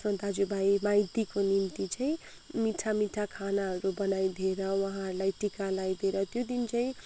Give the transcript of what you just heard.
आफ्नो दाजु भाइ माइतीको निम्ति चाहिँ मिठा मिठा खानाहरू बनाइदिएर उहाँहरूलाई टिका लाइदिएर त्यो दिन चाहिँ